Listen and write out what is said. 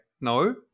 no